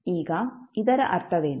ಈಗ ಇದರ ಅರ್ಥವೇನು